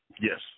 yes